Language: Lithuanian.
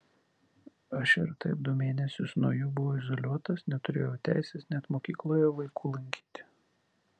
aš ir taip du mėnesius nuo jų buvau izoliuotas neturėjau teisės net mokykloje vaikų lankyti